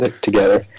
together